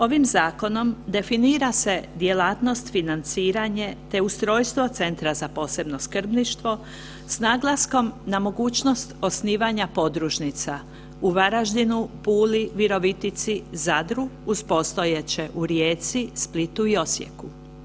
Ovim zakonom definira se djelatnost, financiranje te ustrojstvo Centra za posebno skrbništvo s naglaskom na mogućnost osnivanja podružnica u Varaždinu, Puli, Virovitici, Zadru, uz postojeće u Rijeci, Splitu i Osijeku.